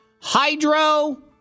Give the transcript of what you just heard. hydro